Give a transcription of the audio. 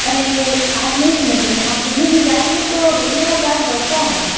अरे आप नहीं समझ रही हैं आप कहीं भी जाएंगे तो रुकने का चार्ज बढ़ता है